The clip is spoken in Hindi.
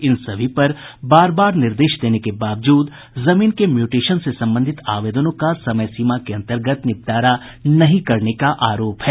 इन सभी पर बार बार निर्देश देने के बावजूद जमीन के म्यूटेशन से संबंधित आवेदनों का समय सीमा के अंतर्गत निपटारा नहीं करने का आरोप है